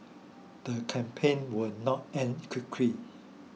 the campaign will not end quickly